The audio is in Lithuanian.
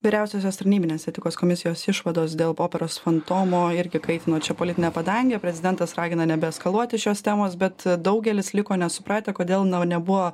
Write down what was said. vyriausiosios tarnybinės etikos komisijos išvados dėl operos fantomo irgi kaitino čia politinę padangę prezidentas ragina nebeeskaluoti šios temos bet daugelis liko nesupratę kodėl nebuvo